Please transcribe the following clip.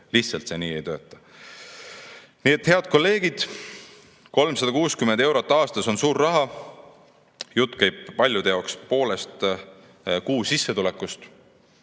Lihtsalt, see ei tööta. Nii et, head kolleegid, 360 eurot aastas on suur raha. Jutt käib paljude jaoks poolest kuusissetulekust.